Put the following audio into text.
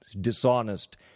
dishonest